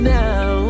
now